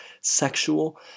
sexual